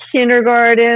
kindergarten